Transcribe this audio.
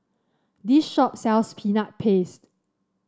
this shop sells Peanut Paste